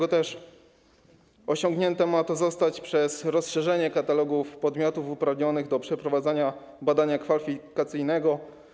Osiągnięte ma to zostać poprzez rozszerzenie katalogu podmiotów uprawnionych do przeprowadzania badania kwalifikacyjnego.